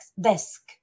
desk